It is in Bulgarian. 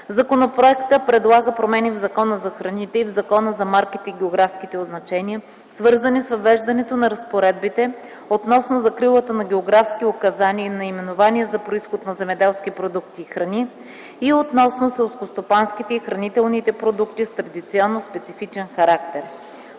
Законопроектът предлага промени в Закона за храните и в Закона за марките и географските означения, свързани с въвеждането на разпоредбите относно закрилата на географски указания и наименования за произход на земеделски продукти и храни и относно селскостопанските и хранителните продукти с традиционно специфичен характер.